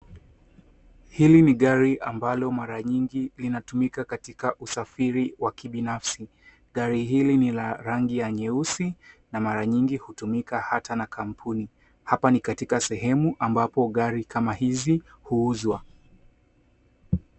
Hili ni gari ambalo mara nyingi linatumika katika usafiri wa kibinafsi. Gari hili ni la rangi ya nyeusi na mara nyingi hutumika hata na kampuni. Hapa ni katika sehemu ambapo gari kama hizi huuzwa.